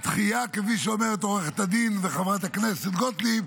הדחייה, כפי שאומרת עו"ד וחברת הכנסת גוטליב,